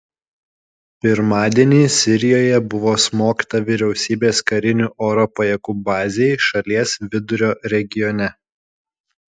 pirmadienį sirijoje buvo smogta vyriausybės karinių oro pajėgų bazei šalies vidurio regione